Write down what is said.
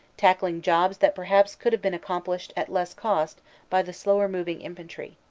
tackling jobs that perhaps could have been accomplished at less cost by the slower-moving infantry.